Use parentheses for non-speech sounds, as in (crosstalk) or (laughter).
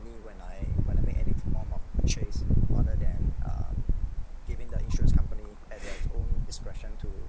(noise) (breath)